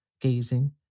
gazing